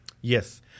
Yes